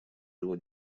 его